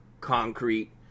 Concrete